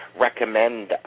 recommend